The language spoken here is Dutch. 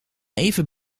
even